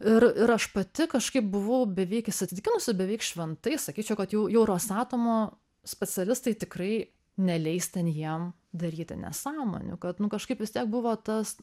ir ir aš pati kažkaip buvau beveik įsitikinusi beveik šventai sakyčiau kad jų jūros statomo specialistai tikrai neleis ten jiem daryti nesąmonių kad nu kažkaip vis tiek buvo tas